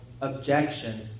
objection